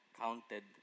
counted